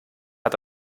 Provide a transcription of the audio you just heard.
hat